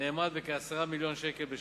נאמד בכ-10 מיליוני שקלים בשנה.